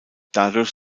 dadurch